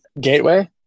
Gateway